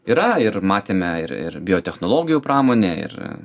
yra ir matėme ir ir biotechnologijų pramonė ir